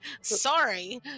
sorry